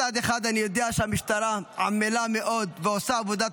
מצד אחד אני יודע שהמשטרה עמלה מאוד ועושה עבודת